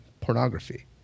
pornography